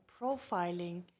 profiling